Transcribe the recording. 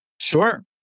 Sure